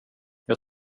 jag